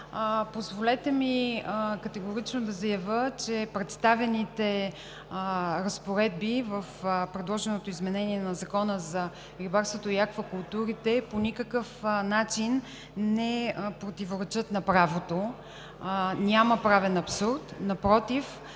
Позволете ми категорично да заявя, че представените разпоредби в предложеното изменение на Закона за рибарството и аквакултурите по никакъв начин не противоречат на правото. Няма правен абсурд. Напротив